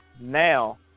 now